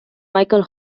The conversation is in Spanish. michael